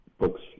books